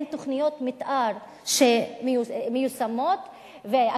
אין תוכניות מיתאר שמיושמות ואקטואליות,